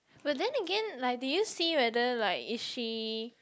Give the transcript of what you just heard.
but then again like do you see whether like is she